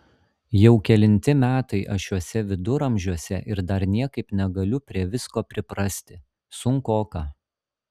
jau kelinti metai aš šiuose viduramžiuose ir dar niekaip negaliu prie visko priprasti sunkoka